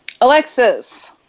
Alexis